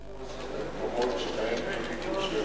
זה במקומות שבהם אין ביקוש,